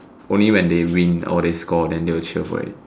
only when they win or they score then they will cheer for it